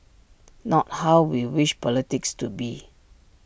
not how we wish politics to be